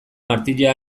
martija